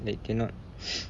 they cannot